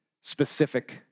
specific